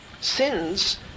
Sins